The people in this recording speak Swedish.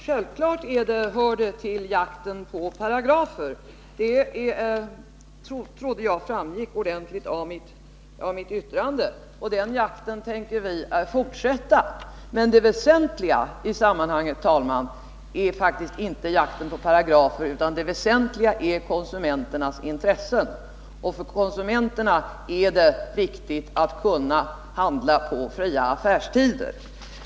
Herr talman! Självfallet hör detta till jakten på paragrafer — det trodde jag framgick ordentligt av mitt yttrande — och den jakten tänker vi fortsätta. Men det väsentliga i sammanhanget, herr talman, är faktiskt inte jakten på paragrafer, utan det väsentliga är konsumenternas intressen. För konsumenterna är det viktigt att kunna handla på fria affärstider.